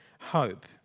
hope